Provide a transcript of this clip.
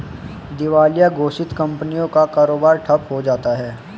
दिवालिया घोषित कंपनियों का कारोबार ठप्प हो जाता है